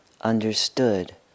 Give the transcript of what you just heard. understood